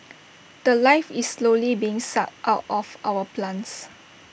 The Life is slowly being sucked out of our plants